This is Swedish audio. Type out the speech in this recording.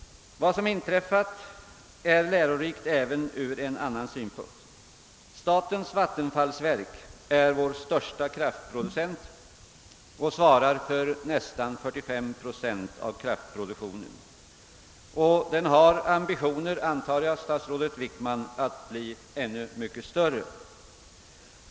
Vad som inträffat är lärorikt även ur en annan synpunkt. Statens vattenfallsverk är vår största kraftproducent och svarar för nästan 45 procent av kraftproduktionen. Verket har ambitionen att bli ännu mycket större, antar jag — eller hur, statsrådet Wickman?